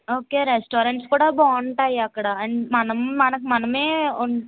okay restaurants కూడా బాగుంటాయి అక్కడ మనం మనకు మనమే